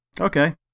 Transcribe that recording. Okay